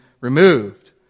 removed